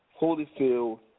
Holyfield